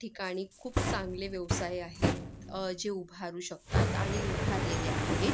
ठिकाणी खूप चांगले व्यवसाय आहेत जे उभारू शकतात आणि उभारलेले आहेत